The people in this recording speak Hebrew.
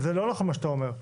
זה לא נכון מה שאתה אומר.